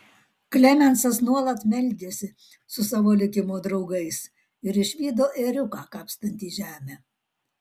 klemensas nuolat meldėsi su savo likimo draugais ir išvydo ėriuką kapstantį žemę